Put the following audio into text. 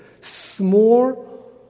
small